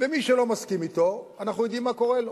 ומי שלא מסכים אתו, אנחנו יודעים מה קורה לו.